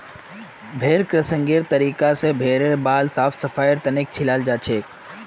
भेड़ क्रचिंगेर तरीका स भेड़ेर बाल साफ सफाईर तने छिलाल जाछेक